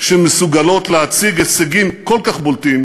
שמסוגלות להציג הישגים כל כך בולטים